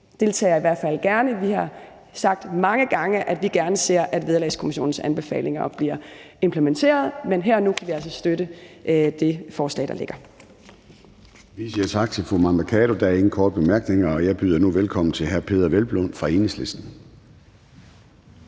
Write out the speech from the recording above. deltager i hvert fald gerne. Vi har sagt mange gange, at vi gerne ser, at Vederlagskommissionens anbefalinger bliver implementeret. Men her og nu kan vi altså støtte det forslag, der ligger. Kl. 13:36 Formanden (Søren Gade): Vi siger tak til fru Mai Mercado. Der er ingen korte bemærkninger, og jeg byder nu velkommen til hr. Peder Hvelplund fra Enhedslisten.